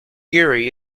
erie